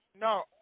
No